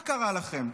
מה קרה לכם?